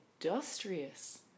industrious